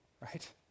right